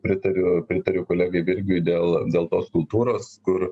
pritariu pritariu kolegai virgiui dėl dėl tos kultūros kur